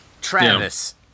Travis